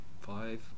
five